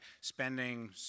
spending